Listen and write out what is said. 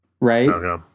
Right